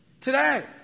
today